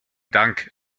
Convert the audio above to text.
dank